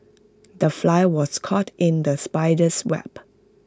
the fly was caught in the spider's web